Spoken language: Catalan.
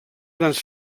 grans